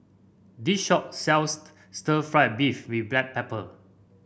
this shop sells Stir Fried Beef with Black Pepper